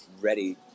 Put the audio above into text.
ready